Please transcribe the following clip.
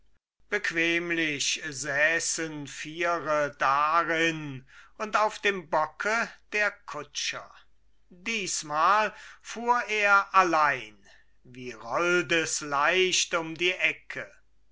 säßen viere darin und auf dem bocke der kutscher diesmal fuhr er allein wie rollt es leicht um die ecke